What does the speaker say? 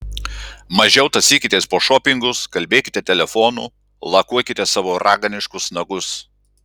mažiau tąsykitės po šopingus kalbėkite telefonu lakuokite savo raganiškus nagus